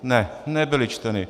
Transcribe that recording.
Ne, nebyly čteny.